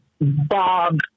Bob